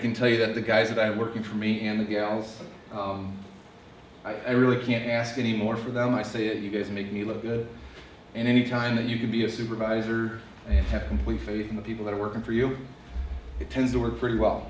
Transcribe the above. can tell you that the guys that i work in for me and the gals i really can't ask any more for them i say if you guys make me look good in any kind and you can be a supervisor and have complete faith in the people that are working for you it tends to work pretty well